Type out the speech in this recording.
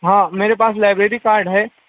ہاں میرے پاس لائبریری کارڈ ہے